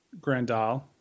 Grandal